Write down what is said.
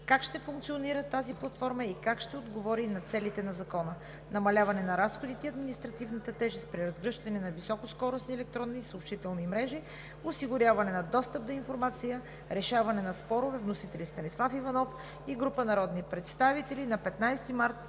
как ще функционира тази платформа и как ще отговори на целите на Закона – намаляване на разходите и административната тежест при разгръщане на високоскоростни електронни съобщителни мрежи; осигуряване на достъп до информация; решаване на спорове. Вносители са народният представител Станислав Иванов и група народни представители на 15 март